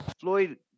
Floyd